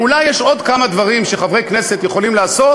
אולי יש עוד כמה דברים שחברי כנסת יכולים לעשות